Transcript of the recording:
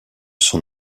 son